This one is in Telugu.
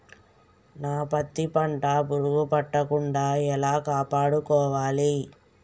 నా పత్తి పంట పురుగు పట్టకుండా ఎలా కాపాడుకోవాలి?